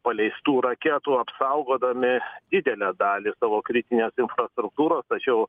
paleistų raketų apsaugodami didelę dalį savo kritinės infrastruktūros tačiau